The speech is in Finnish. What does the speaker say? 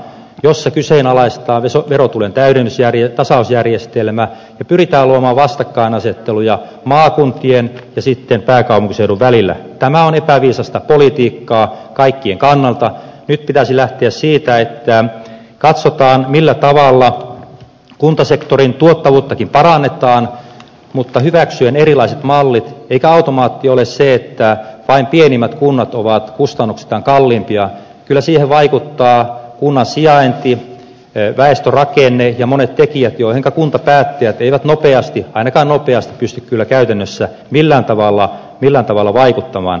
jos se kyseenalaistaa isot verotulon täydennys ja vie tasausjärjestelmää pyritä luoma vastakkainasetteluja maakuntien sitten pääkaupunkiseudun välillä tämä on epäviisasta politiikkaa kaikkien kannalta ei pitäisi lähteä siitä että katsotaan millä tavalla kuntasektorin tuottavuuttakin parannetaan mutta hyväksyen erilaiset mallit eikä automaatti ole syyttää vain pienimmät kunnat ovat kustannuksiltaan kalliimpia kyllä siihen vaikuttaa kunnan sijainti vei lähes turhat viennin ja monet tekijät joihinka kuntapäättäjät eivät nopeasti ainakaan nopeasti pysty kyllä käytännössä millään tavalla millä tavalla vaikuttamaan